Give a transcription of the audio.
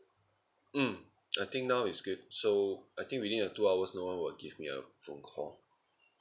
mm I think now is good so I think within the two hours no one will give me a phone call